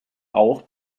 auch